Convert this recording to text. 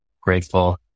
grateful